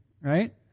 right